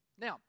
Now